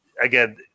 again